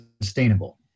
sustainable